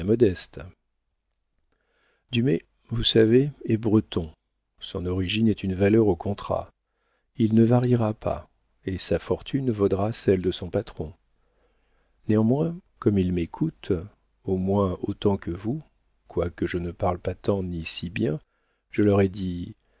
modeste dumay vous savez est breton son origine est une valeur au contrat il ne variera pas et sa fortune vaudra celle de son patron néanmoins comme ils m'écoutent au moins autant que vous quoique je ne parle pas tant ni si bien je leur ai dit